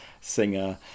singer